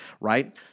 right